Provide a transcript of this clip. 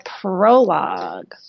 prologue